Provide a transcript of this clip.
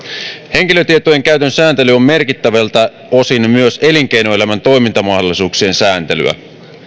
henkilötietojen käytön sääntely on merkittäviltä osin myös elinkeinoelämän toimintamahdollisuuksien sääntelyä